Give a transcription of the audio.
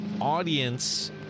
audience